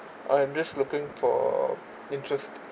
I'm just looking for interest